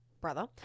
brother